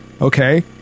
okay